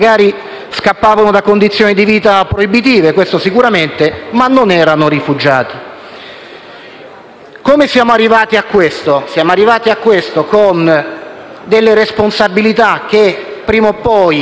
scappavano da condizione di vita proibitive, questo sicuramente, ma non erano rifugiati. Come siamo arrivati a questo? Ci siamo arrivati - le responsabilità prima o poi